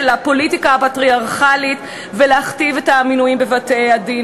הפוליטיקה הפטריארכלית ולהכתיב את המינויים בבתי-הדין.